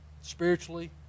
spiritually